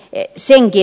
ei silti